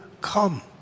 come